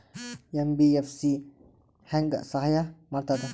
MBFC ಹೆಂಗ್ ಸಹಾಯ ಮಾಡ್ತದ?